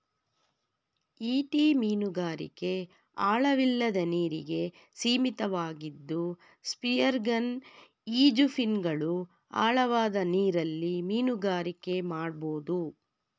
ಈಟಿ ಮೀನುಗಾರಿಕೆ ಆಳವಿಲ್ಲದ ನೀರಿಗೆ ಸೀಮಿತವಾಗಿದ್ದು ಸ್ಪಿಯರ್ಗನ್ ಈಜುಫಿನ್ಗಳು ಆಳವಾದ ನೀರಲ್ಲಿ ಮೀನುಗಾರಿಕೆ ಮಾಡ್ಬೋದು